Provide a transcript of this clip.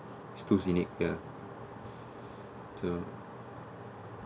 it's too scenic ya so